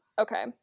Okay